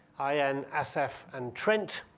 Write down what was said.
ah and assaf and trent.